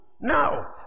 Now